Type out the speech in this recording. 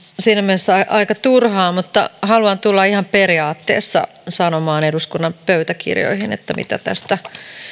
on siinä mielessä aika turhaa mutta haluan tulla ihan periaatteesta sanomaan eduskunnan pöytäkirjoihin mitä tästä